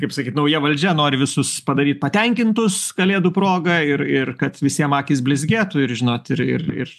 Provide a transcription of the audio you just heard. kaip sakyt nauja valdžia nori visus padaryt patenkintus kalėdų proga ir ir kad visiem akys blizgėtų ir žinoti ir ir ir